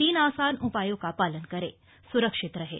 तीन आसान उपायों का पालन करें और सुरक्षित रहें